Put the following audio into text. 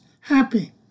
happy